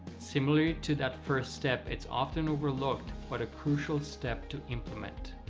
similar to that first step it's often overlooked, but a crucial step to implement.